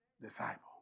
disciple